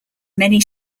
many